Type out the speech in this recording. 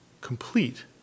complete